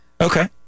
Okay